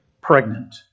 pregnant